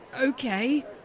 okay